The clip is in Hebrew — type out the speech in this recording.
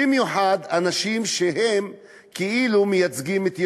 במיוחד אנשים שהם כאילו מייצגים את ירושלים.